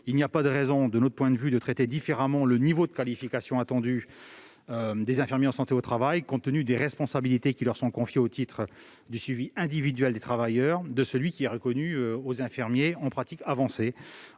Il n'y a pas de raison, selon nous, de traiter différemment le niveau de qualification attendu des infirmiers de santé au travail, compte tenu des responsabilités qui leur sont confiées au titre du suivi individuel des travailleurs, de celui qui est reconnu aux infirmiers en pratique avancée.